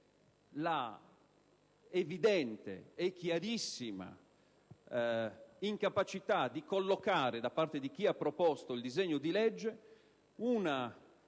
È evidente e chiarissima l'incapacità di collocare - da parte di chi ha proposto il disegno di legge - una